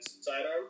sidearm